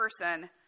person